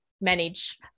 manage